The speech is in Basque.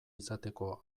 izateko